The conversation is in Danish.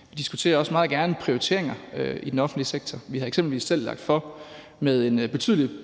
og vi diskuterer også meget gerne prioriteringer i den offentlige sektor – vi har eksempelvis selv lagt for med en betydelig